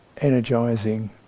energizing